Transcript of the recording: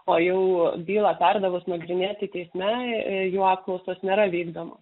o jau bylą perdavus nagrinėti teisme jų apklausos nėra vykdamos